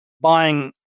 buying